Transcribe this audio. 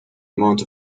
amount